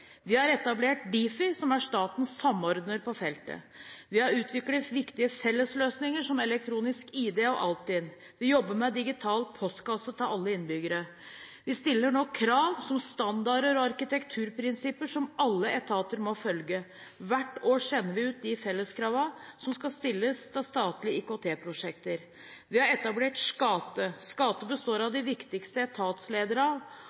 Vi har etablert Difi, som er statens samordner på feltet. Vi har utviklet viktige fellesløsninger, som elektronisk ID og Altinn. Vi jobber med digital postkasse til alle innbyggere. Vi stiller nå krav, som standarder og arkitekturprinsipper, som alle etater må følge. Hvert år sender vi ut de felles kravene som skal stilles til statlige IKT-prosjekter. Vi har etablert SKATE. SKATE består av